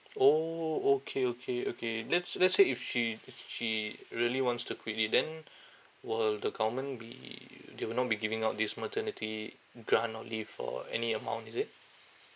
orh okay okay okay let's let's say if she sh~ she really wants to quit it then will the government be they will not be giving out this maternity grant or leave or any amount is it